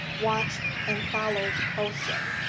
watched and followed also.